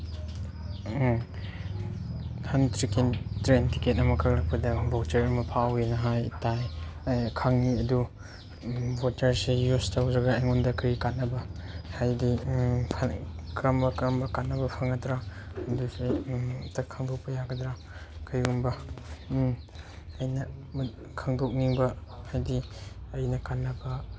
train ticket ꯑꯃꯈꯛ ꯑꯩꯈꯣꯏꯗ voucher ꯑꯃ ꯐꯥꯎꯋꯦꯅ ꯍꯥꯏ ꯇꯥꯏ ꯑꯩ ꯈꯪꯉꯤ ꯑꯗꯨ ꯚꯣꯆꯔꯁꯦ ꯌꯨꯁ ꯇꯧꯗ꯭ꯔꯒ ꯑꯩꯉꯣꯟꯗ ꯀꯩ ꯀꯥꯟꯅꯕ ꯍꯥꯏꯗꯤ ꯀꯔꯝꯕ ꯀꯔꯝꯕ ꯀꯥꯟꯅꯕ ꯐꯪꯒꯗ꯭ꯔꯥ ꯑꯗꯨꯁꯦ ꯑꯝꯇ ꯈꯪꯗꯣꯛꯄ ꯌꯥꯒꯗ꯭ꯔꯥ ꯀꯩꯒꯨꯝꯕ ꯑꯩꯅ ꯈꯪꯗꯣꯛꯅꯤꯡꯕ ꯍꯥꯏꯗꯤ ꯑꯩꯅ ꯀꯥꯟꯅꯕ